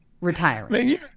Retiring